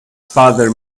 father